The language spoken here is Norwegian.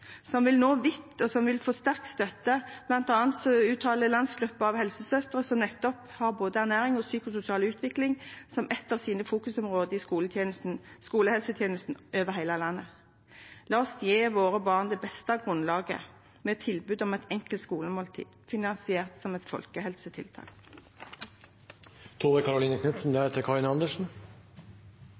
som vil nå vidt, og som vil få sterk støtte fra bl.a. Landsgruppen av helsesøstre, som nettopp har både ernæring og psykososial utvikling som et av sine fokusområder i skolehelsetjenesten over hele landet. La oss gi våre barn det beste grunnlaget med tilbud om et enkelt skolemåltid, finansiert som et